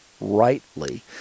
rightly